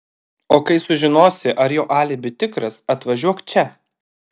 o kai sužinosi ar jo alibi tikras atvažiuok čia